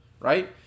right